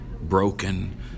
broken